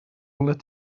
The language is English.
let